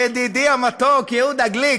ידידי המתוק יהודה גליק: